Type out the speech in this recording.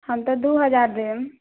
हम तऽ दू हजार देब